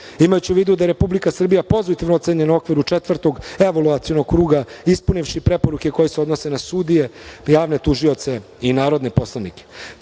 imajući u vidu da je Republika Srbija pozitivno ocenjena u okviru četvrtog evaluacionog kruga, ispunivši preporuke koje se odnose na sudije i javne tužioce i narodne poslanike. Čvrsto